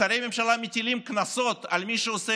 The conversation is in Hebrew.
שרי הממשלה מטילים קנסות על מי שעושה